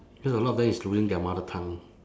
cause a lot of them is losing their mother tongue